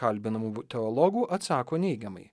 kalbinamų teologų atsako neigiamai